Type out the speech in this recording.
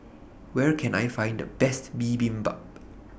Where Can I Find The Best Bibimbap